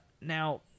Now